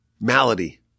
malady